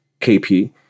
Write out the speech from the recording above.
KP